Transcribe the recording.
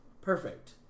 perfect